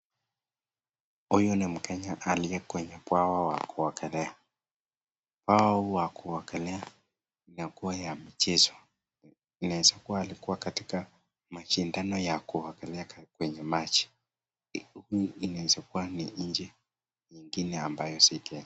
Huyu ni mkenya aliye kwenye bwawa wa kuogelea, bwawa huu wa kuogelea yakuwa ya mchezo inaeza kuwa alikuwa katika mashindano ya kuogelea kwenye maji. Inaeza kuwa ni nchi nyingine ambayo si kenya.